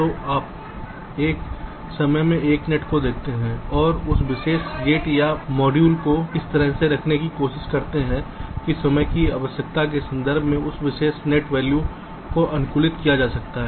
तो आप एक समय में एक नेट को देखते हैं और उस विशेष गेट या मॉड्यूल को इस तरह से रखने की कोशिश करते हैं कि समय की आवश्यकता के संदर्भ में उस विशेष नेट वैल्यू को अनुकूलित किया जाता है